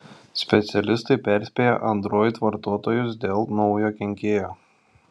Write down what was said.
specialistai perspėja android vartotojus dėl naujo kenkėjo